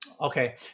Okay